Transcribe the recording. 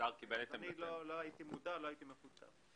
לא הייתי מודע, לא הייתי מכותב.